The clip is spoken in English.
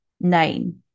Nine